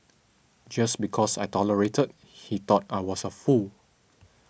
just because I tolerated he thought I was a fool